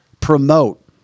promote